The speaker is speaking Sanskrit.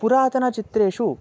पुरातनचित्रेषु